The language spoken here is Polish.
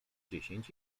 dziesięć